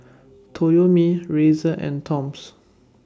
Toyomi Razer and Toms